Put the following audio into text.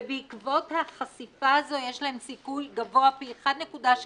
ובעקבות החשיפה הזו יש להם סיכוי גבוה פי 1.6